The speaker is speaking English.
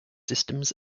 systems